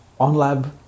OnLab